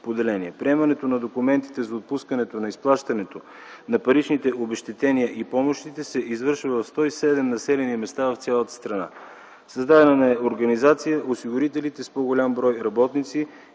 поделения. Приемането на документите за отпускането на изплащането на паричните обезщетения и помощите се извършва в 107 населени места в цялата страна. Създадена е организация осигурителите с по-голям брой работници